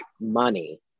money